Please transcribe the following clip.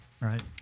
right